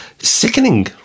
Sickening